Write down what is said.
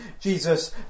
Jesus